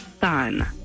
son